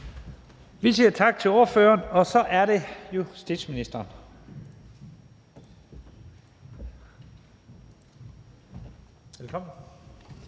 Vi siger tak til ordføreren. Så er det justitsministeren. Velkommen.